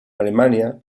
alemania